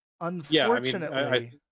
unfortunately